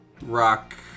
rock